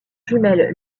jumelle